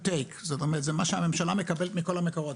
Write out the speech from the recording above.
take מה שהממשלה מקבלת מכל המקורות.